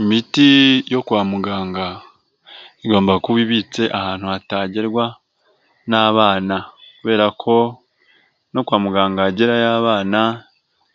Imiti yo kwa muganga igomba kuba ibitse ahantu hatagerwa n'abana kubera ko no kwa muganga hagerayo abana,